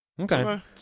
Okay